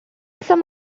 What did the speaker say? some